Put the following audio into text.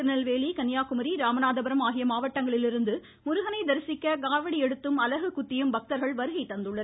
திருநெல்வேலி கன்னியாகுமரி ராமநாதபுரம் ஆகிய மாவட்டங்களிலிருந்து முருகனை தரிசிக்க காவடி எடுத்தும் அலகு குத்தியும் பக்தர்கள் வருகை தந்துள்ளனர்